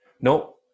No